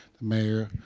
the mayor,